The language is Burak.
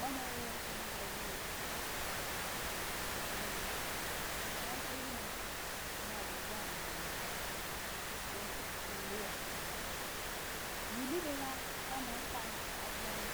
Ɓaa mon woo shi lulka yo nuŋ tanghe ka kwa ka kane yoo na kanɓo, mon ɓiɓna mon ɗingang ɗonle ɗee mon nanghe yanay weleeya. yuu libee ka ka mon kan jwana